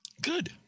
Good